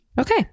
Okay